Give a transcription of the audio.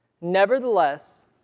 Nevertheless